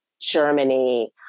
Germany